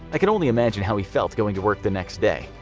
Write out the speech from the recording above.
i can only imagine how he felt going to work the next day.